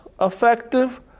effective